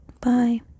bye